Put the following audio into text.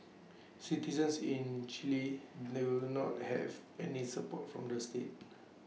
citizens in Chile do not have any support from the state